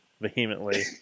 vehemently